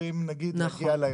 לשוטרים שלוש דקות להגיע לאירוע,